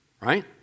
Right